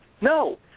No